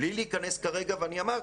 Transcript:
בלי להיכנס כרגע ואני אמרתי,